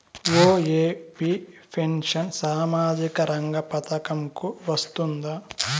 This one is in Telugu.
ఒ.ఎ.పి పెన్షన్ సామాజిక రంగ పథకం కు వస్తుందా?